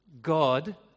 God